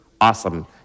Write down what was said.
Awesome